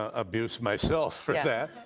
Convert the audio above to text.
ah abuse myself for that.